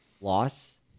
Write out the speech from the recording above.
loss